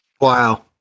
Wow